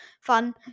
fun